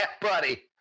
buddy